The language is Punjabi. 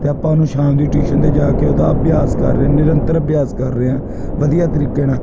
ਤਾਂ ਆਪਾਂ ਉਹਨੂੰ ਸ਼ਾਮ ਦੀ ਟਿਊਸ਼ਨ 'ਤੇ ਜਾ ਕੇ ਉਹਦਾ ਅਭਿਆਸ ਕਰ ਰਹੇ ਨੇ ਨਿਰੰਤਰ ਅਭਿਆਸ ਕਰ ਰਹੇ ਹਾਂ ਵਧੀਆ ਤਰੀਕੇ ਨਾਲ